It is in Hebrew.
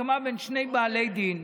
הסכמה בין שני בעלי דין.